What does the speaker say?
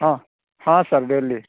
ହଁ ହଁ sir daily